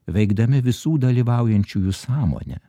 veikdami visų dalyvaujančiųjų sąmonę